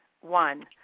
One